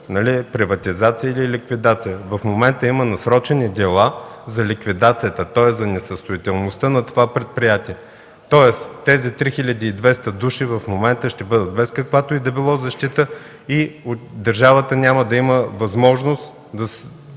приватизация или ликвидация? Има насрочени дела за ликвидация, тоест за несъстоятелност на това предприятие. Тези 3200 души в момента ще бъдат без каквато и да била защита. Държавата няма да има възможност на